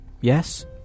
Yes